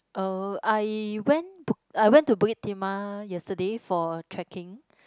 oh I went I went to Bukit-Timah yesterday for trekking